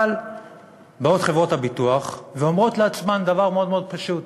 אבל באות חברות הביטוח ואומרות לעצמן דבר מאוד מאוד פשוט: